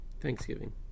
Thanksgiving